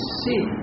see